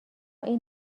این